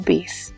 Base